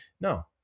no